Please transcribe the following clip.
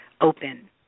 open